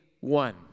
one